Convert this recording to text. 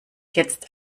jetzt